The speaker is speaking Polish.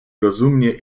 rozumnie